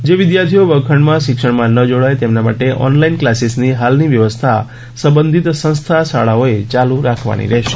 જે વિદ્યાર્થીઓ વર્ગખંડમાં શિક્ષણમાં ન જોડાય તેમના માટે ઓનલાઇન ક્લાસીસની હાલની વ્યવસ્થા સંબંધિત સંસ્થા શાળાઓએ ચાલુ રાખવાની રહેશે